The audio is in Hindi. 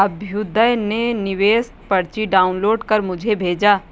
अभ्युदय ने निवेश पर्ची डाउनलोड कर मुझें भेजा